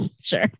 Sure